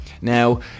Now